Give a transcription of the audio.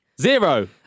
Zero